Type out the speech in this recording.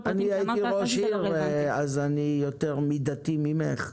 אני הייתי ראש עיר אז אני יותר מידתי ממך.